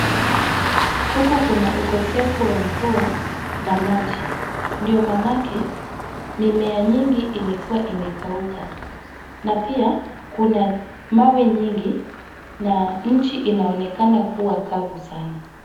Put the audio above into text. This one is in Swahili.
Huku kuna ukosefu wa mvua na maji ndiyo maanake mimea nyingi imekuwa imekauka na pia kuna mawe nyingi na nchi inaonekana kuwa kavu sana.